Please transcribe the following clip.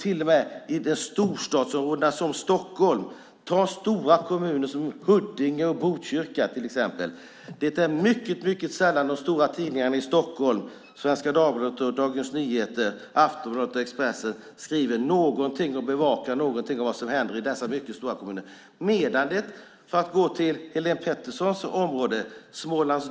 I storstadsområden som Stockholm är det sällan stora tidningar, Svenska Dagbladet, Dagens Nyheter, Aftonbladet och Expressen, bevakar någonting om vad som händer i de stora kommunerna, till exempel Huddinge och Botkyrka.